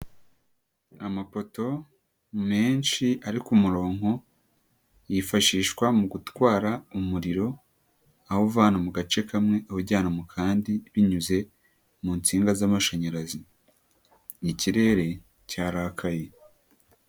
Amapoto menshi ari ku murongo yifashishwa mu gutwara umuriro awuvana mu gace kamwe, awujyana mu kandi binyuze mu nsinga z'amashanyarazi, ikirere cyarakaye.